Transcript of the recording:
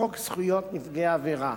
בחוק זכויות נפגעי עבירה,